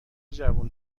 جوون